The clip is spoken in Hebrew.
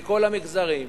מכל המגזרים,